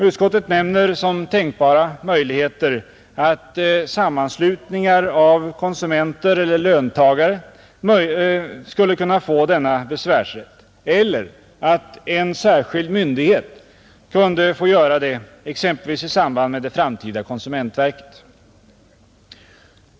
Utskottet nämner som tänkbara möjligheter att sammanslutningar av konsumenter eller löntagare skulle kunna få denna besvärsrätt eller att en särskild myndighet skulle kunna få handlägga dessa ärenden, exempelvis i samarbete med det framtida konsumentverket.